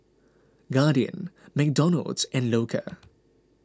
Guardian McDonald's and Loacker